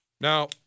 Now